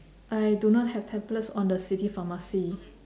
I do not have tablets on the city pharmacy